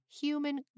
human